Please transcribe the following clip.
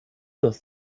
das